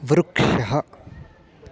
वृक्षः